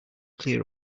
clear